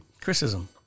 Criticism